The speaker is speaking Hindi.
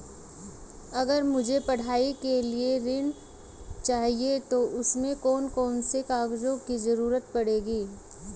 अगर मुझे पढ़ाई के लिए ऋण चाहिए तो उसमें कौन कौन से कागजों की जरूरत पड़ेगी?